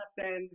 send